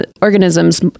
organisms